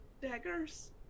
Daggers